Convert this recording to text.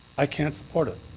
i can't support it.